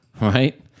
right